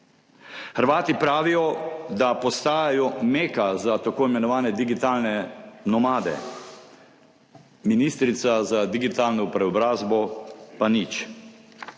Hrvati pravijo, da postajajo meka za tako imenovane digitalne nomade. Ministrica za digitalno preobrazbo pa nič.